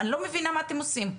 אני לא מבינה מה אתם עושים.